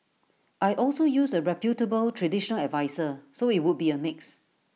I'd also use A reputable traditional adviser so IT would be A mix